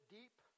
deep